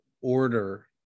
order